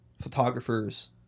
photographers